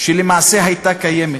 שלמעשה הייתה קיימת,